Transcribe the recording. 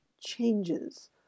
changes